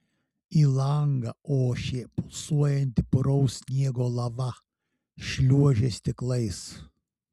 į langą ošė pulsuojanti puraus sniego lava šliuožė stiklais